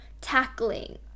tackling